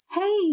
Hey